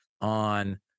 on